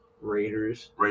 Raiders